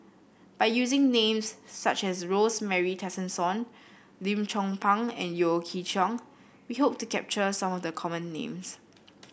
by using names such as Rosemary Tessensohn Lim Chong Pang and Yeo Chee Kiong we hope to capture some of the common names